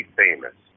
famous